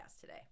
today